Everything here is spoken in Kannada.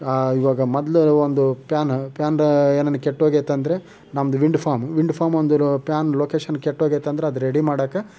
ಇವಾಗ ಮೊದಲು ಒಂದು ಪ್ಯಾನ್ ಪ್ಯಾನ್ದು ಏನಾರು ಕೆಟ್ಟೋಗೈತಂದ್ರೆ ನಮ್ದು ವಿಂಡ್ ಫಾರ್ಮ್ ವಿಂಡ್ ಫಾರ್ಮ್ ಒಂದಿರೋ ಪ್ಯಾನ್ ಲೊಕೇಶನ್ ಕೆಟ್ಟೋಗೈತಂದ್ರೆ ಅದು ರೆಡಿ ಮಾಡೋಕ್ಕೆ